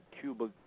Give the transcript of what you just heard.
Cuba